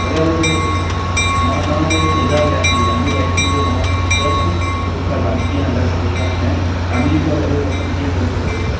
अगरि मां तव्हांखे सुझाव ॾिया की लंबी बाइकींग ते तव्हां स्वस्थ रूप साण गाॾी कीअं हलाए सघो था ऐं ऐं आनंद सां सॼो सफ़र कीअं पूरो करे सघो था